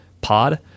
pod